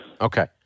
Okay